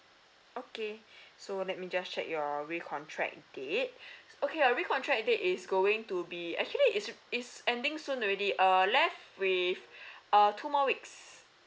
okay so let me just check your recontract date okay your recontract date is going to be actually it's it's ending soon already err left with uh two more weeks